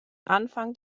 anfang